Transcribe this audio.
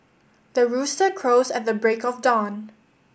the rooster crows at the break of dawn